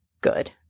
good